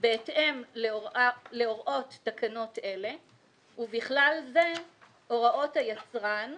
בהתאם להוראות תקנות אלה ובכלל זה הוראות היצרן,